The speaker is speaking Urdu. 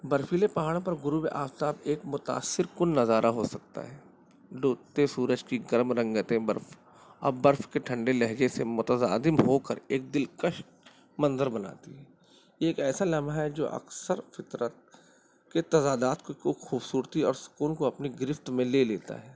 برفیلے پہاڑوں پر غروب آفتاب ایک متاثرکن نظارہ ہو سکتا ہے ڈوبتے سورج کی گرم رنگتیں برف اب برف کے ٹھنڈے لہجے سے متصادم ہو کر ایک دل کش منظر بناتی ہے یہ ایک ایسا لمحہ ہے جو اکثر فطرت کے تضادات کو خوبصورتی اور سکون کو اپنی گرفت میں لے لیتا ہے